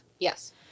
Yes